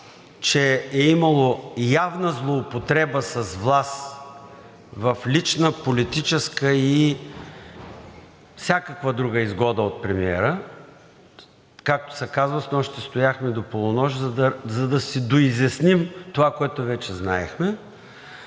че е имало явна злоупотреба с власт в лична, политическа и всякаква друга изгода от премиера, както се каза – снощи стояхме до полунощ, за да си доизясним това, което вече знаехме.